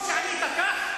טוב שענית כך,